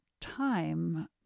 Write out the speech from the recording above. time